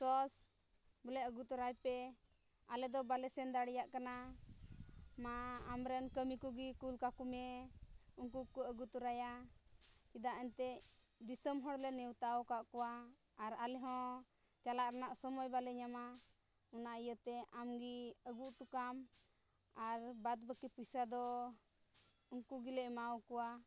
sauce ᱵᱚᱞᱮ ᱟᱹᱜᱩ ᱛᱚᱨᱟᱭ ᱯᱮ ᱟᱞᱮ ᱫᱚ ᱵᱟᱞᱮ ᱥᱮᱱ ᱫᱟᱲᱮᱭᱟᱜ ᱠᱟᱱᱟ ᱢᱟ ᱟᱢᱨᱮᱱ ᱠᱟᱹᱢᱤ ᱠᱚᱜᱮ ᱠᱩᱞ ᱠᱟᱠᱚ ᱢᱮ ᱩᱱᱠᱩ ᱠᱚ ᱟᱹᱜᱩ ᱛᱚᱨᱟᱭᱟ ᱪᱮᱫᱟᱜ ᱮᱱᱛᱮᱫ ᱫᱤᱥᱚᱢ ᱦᱚᱲᱞᱮ ᱱᱮᱶᱛᱟ ᱟᱠᱟᱫ ᱠᱚᱣᱟ ᱟᱨ ᱟᱞᱮ ᱦᱚᱸ ᱪᱟᱞᱟᱜ ᱨᱮᱱᱟᱜ ᱥᱚᱢᱚᱭ ᱵᱟᱞᱮ ᱧᱟᱢᱟ ᱚᱱᱟ ᱤᱭᱟᱹᱛᱮ ᱟᱢᱜᱮ ᱟᱹᱜᱩ ᱦᱚᱴᱚ ᱠᱟᱜ ᱟᱢ ᱟᱨ ᱵᱟᱫ ᱵᱟᱹᱠᱤ ᱯᱚᱭᱥᱟ ᱫᱚ ᱩᱱᱠᱩ ᱜᱮᱞᱮ ᱮᱢᱟᱣᱟᱠᱚᱣᱟ